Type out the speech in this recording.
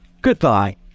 goodbye